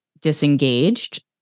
disengaged